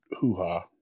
hoo-ha